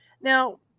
now